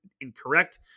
incorrect